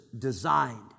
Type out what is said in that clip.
designed